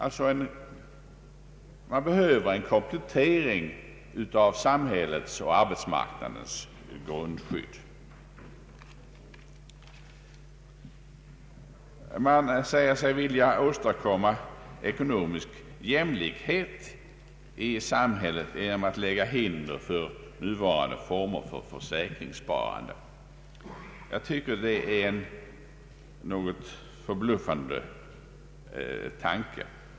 Det behövs en komplettering av samhällets och arbetsmarknadens grundskydd. Man säger sig vilja åstadkomma ekonomisk jämlikhet i samhället genom att lägga hinder i vägen för nuvarande former för försäkringssparande. Jag tyc ker att det är ett något förbluffande utslag av jämlikhetstänkandet.